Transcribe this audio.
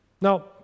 Now